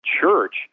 church